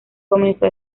comenzó